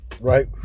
Right